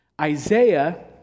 Isaiah